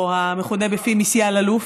המכונה בפי מסיה אלאלוף,